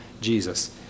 Jesus